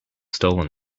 stolen